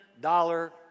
dollar